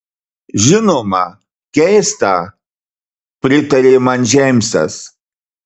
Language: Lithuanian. žinoma keista pritarė man džeimsas